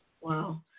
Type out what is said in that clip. Wow